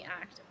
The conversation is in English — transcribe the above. act